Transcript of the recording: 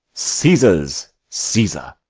caesar's caesar.